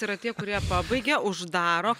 tai yra tie kurie pabaigia uždaro